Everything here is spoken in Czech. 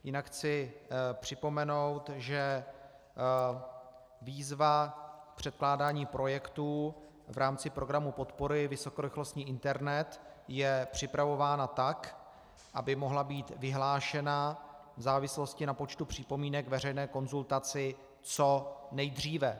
Jinak chci připomenout, že výzva k předkládání projektů v rámci programu podpory Vysokorychlostní internet je připravována tak, aby mohla být vyhlášena v závislosti na počtu připomínek k veřejné konzultaci co nejdříve.